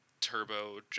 turbo